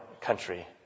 country